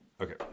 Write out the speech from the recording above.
Okay